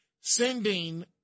sending